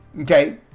Okay